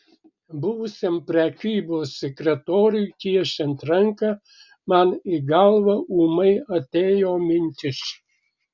buvusiam prekybos sekretoriui tiesiant ranką man į galvą ūmai atėjo mintis